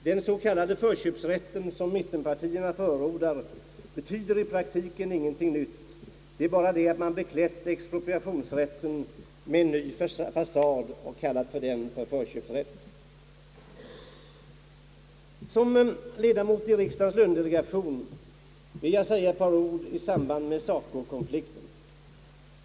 Den s.k. förköpsrätten som mittenpartierna förordar betyder i praktiken ingenting nytt; det är bara det att man beklätt expropriationsrätten med en ny fasad och kallat den för förköpsrätt. Som ledamot i riksdagens lönedelegation vill jag säga ett par ord med anledning av SACO-konflikten.